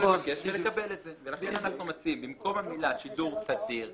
לכן אנחנו מציעים במקום המלה "שידור תדיר",